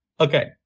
Okay